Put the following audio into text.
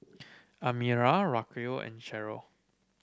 Amira Racquel and Cherelle